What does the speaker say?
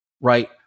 right